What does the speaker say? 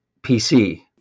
PC